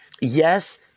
Yes